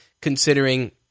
considering